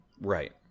Right